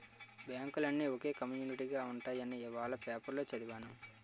బాంకులన్నీ ఒకే కమ్యునీటిగా ఉంటాయని ఇవాల పేపరులో చదివాను